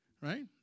right